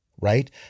right